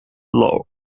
law